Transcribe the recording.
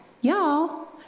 y'all